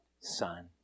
son